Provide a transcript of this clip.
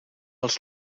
als